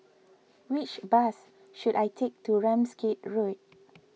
which bus should I take to Ramsgate Road